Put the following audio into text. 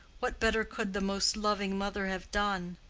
what better could the most loving mother have done?